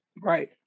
right